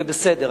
ובסדר,